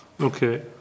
Okay